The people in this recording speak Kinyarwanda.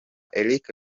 erike